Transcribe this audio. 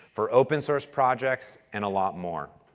for open source projects and a lot more.